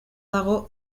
dago